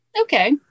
Okay